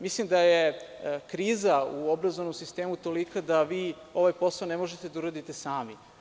Mislim da je kriza u obrazovnom sistemu tolika da vi ovaj posao ne možete da uradite sami.